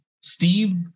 Steve